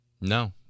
No